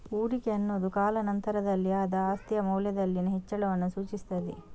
ಹೂಡಿಕೆ ಅನ್ನುದು ಕಾಲಾ ನಂತರದಲ್ಲಿ ಆದ ಆಸ್ತಿಯ ಮೌಲ್ಯದಲ್ಲಿನ ಹೆಚ್ಚಳವನ್ನ ಸೂಚಿಸ್ತದೆ